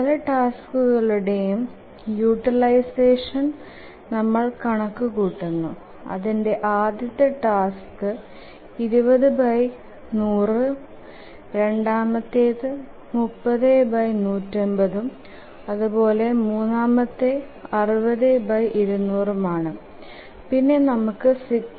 പല ടാസ്കുകളുടേം യൂട്ടിലൈസഷൻ നമ്മൾ കണക്കു കൂടുന്നു അതിൽ ആദ്യത്തെ ടാസ്ക് 20100ഉം രണ്ടാമത്തെ 30150ഉം അതുപോലെ മൂന്നാമത്തെ 60200ഉം ആണ് പിന്നെ നമുക്ക് ∑ui0